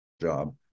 job